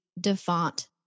DeFont